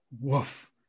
woof